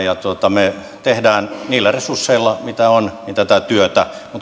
me teemme niillä resursseilla mitä on tätä työtä